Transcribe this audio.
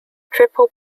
triple